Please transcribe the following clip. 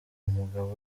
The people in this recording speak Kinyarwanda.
mugabo